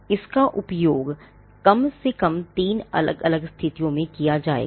इसका उपयोग कम से कम 3 अलग अलग स्थितियों में किया जाएगा